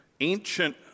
ancient